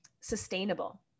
sustainable